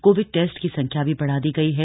Covid test की संख्या भी बढ़ा दी गई है